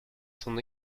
son